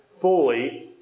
fully